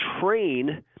train